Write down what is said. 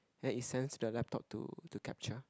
and it sends to the laptop to to capture